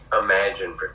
Imagine